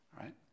Right